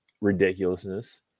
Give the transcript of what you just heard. ridiculousness